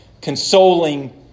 consoling